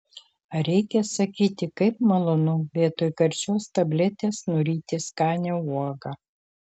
ar reikia sakyti kaip malonu vietoj karčios tabletės nuryti skanią uogą